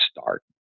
start